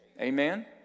Amen